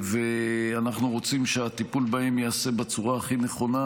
ואנחנו רוצים שהטיפול בהם ייעשה בצורה הכי נכונה